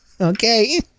Okay